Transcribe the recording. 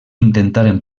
intentaren